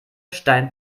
stein